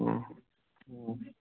ꯑꯣ ꯑꯣ